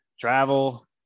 travel